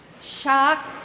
Shock